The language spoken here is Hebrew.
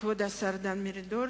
כבוד השר דן מרידור,